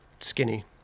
skinny